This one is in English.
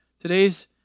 Today's